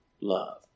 love